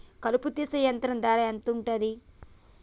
కలుపు తీసే యంత్రం ధర ఎంతుటది?